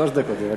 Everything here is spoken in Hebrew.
שלוש דקות, בבקשה.